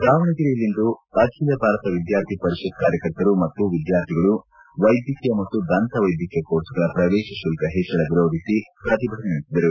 ದಾವಣಗೆರೆಯಲ್ಲಿಂದು ಅಖಿಲಭಾರತ ವಿದ್ವಾರ್ಥಿ ಪರಿಷತ್ ಕಾರ್ಯಕರ್ತರು ಮತ್ತು ವಿದ್ವಾರ್ಥಿಗಳು ವೈದ್ಯಕೀಯ ಮತ್ತು ದಂತ ವೈದ್ವಕೀಯ ಕೋರ್ಸುಗಳ ಪ್ರವೇಶ ಶುಲ್ತ ಹೆಚ್ಚಳ ವಿರೋಧಿಸಿ ಪ್ರತಿಭಟನೆ ನಡೆಸಿದರು